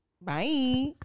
Bye